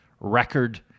record